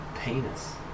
penis